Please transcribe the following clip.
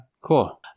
Cool